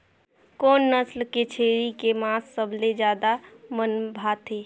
कोन नस्ल के छेरी के मांस सबले ज्यादा मन भाथे?